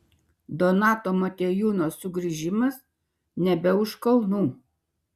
donato motiejūno sugrįžimas nebe už kalnų